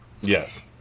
Yes